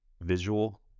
visual